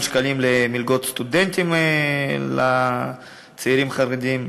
שקלים למלגות סטודנטים לצעירים חרדים,